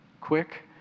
Quick